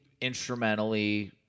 instrumentally